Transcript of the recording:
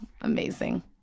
Amazing